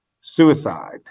suicide